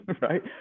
right